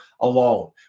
alone